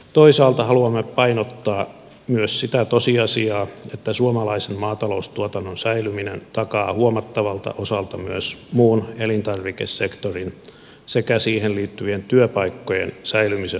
toisaalta haluamme painottaa myös sitä tosiasiaa että suomalaisen maataloustuotannon säilyminen takaa huomattavalta osalta myös muun elintarvikesektorin sekä siihen liittyvien työpaikkojen säilymisen maassamme